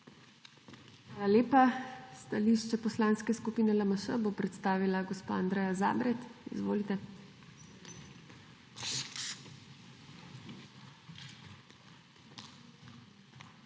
lepa. Stališče Poslanske skupine LMŠ bo predstavila gospa Andreja Zabret. Izvolite.